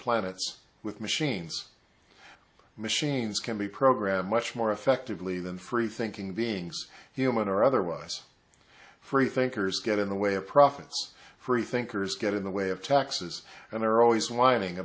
planets with machines machines can be programmed much more effectively than free thinking beings human or otherwise free thinkers get in the way of profits free thinkers get in the way of taxes and they're always whining